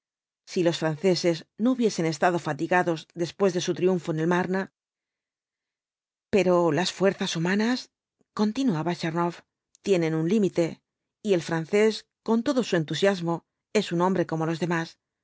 si los franceses no hubiesen estado fatigados después de su triunfo en el marne pero las fuerzas humanas continuaba tchernoff tienen un límite y el francés con todo su entusiasmo es un hombre como los demás